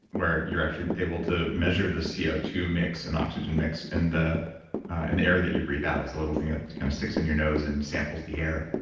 where you're actually able to measure the c o two mix and oxygen mix in the and air that you breathe out. it's a little thing that kind of sticks in your nose and samples the air.